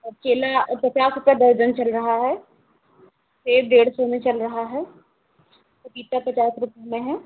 और केला पचास रुपया दर्जन चल रहा है सेब डेढ़ सौ में चल रहा है पपीता पचास रुपये में है